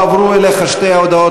לא הועברו אליך שתי ההודעות